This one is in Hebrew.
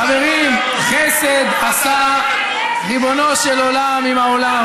חברים, חסד עשה ריבונו של עולם עם העולם,